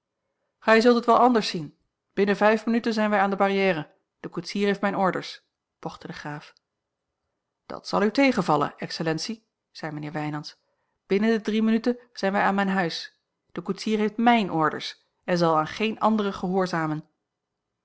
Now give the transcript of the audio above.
gij zult het wel anders zien binnen vijf minuten zijn wij aan de barrière de koetsier heeft mijne orders pochte de graaf dat zal u tegenvallen excellentie zei mijnheer wijnands binnen de drie minuten zijn wij aan mijn huis de koetsier heeft mijne orders en zal aan geene anderen gehoorzamen